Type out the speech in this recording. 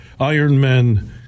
Ironmen